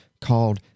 called